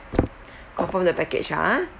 confirm the package ah